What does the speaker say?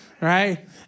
right